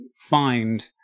find